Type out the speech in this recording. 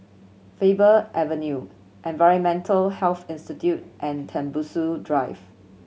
Faber Avenue Environmental Health Institute and Tembusu Drive